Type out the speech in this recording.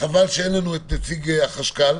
שאין לנו את נציג החשכ"ל,